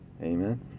amen